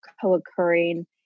co-occurring